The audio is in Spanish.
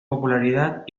popularidad